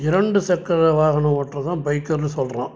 இரண்டு சக்கர வாகனம் ஓட்டுறதான் பைக்கர்னு சொல்கிறோம்